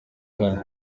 kane